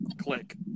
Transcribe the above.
click